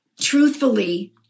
truthfully